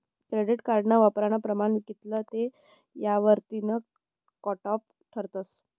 credit कार्डना वापरानं प्रमाण कित्ल शे यावरतीन कटॉप ठरस